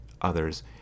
others